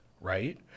right